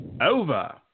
over